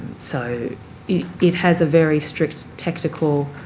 so it has a very strict technical